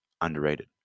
underrated